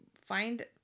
find